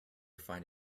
find